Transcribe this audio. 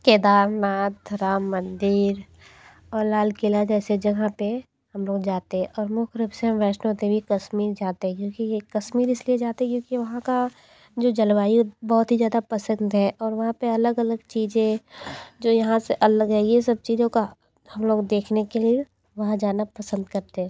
केदारनाथ राम मंदिर और लाल किला जैसे जगह पे हम लोग जाते और मुख्य रूप से वैष्णो देवी कश्मीर जाते क्योंकि ये कश्मीर इसलिए जाते क्योंकि वहाँ का जो जलवायु बहुत ही ज़्यादा पसंद है और वहाँ पे अलग अलग चीज़ें जो यहाँ से अलग है ये सब चीज़ों का हम लोग देखने के लिए वहाँ जाना पसंद करते